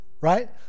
Right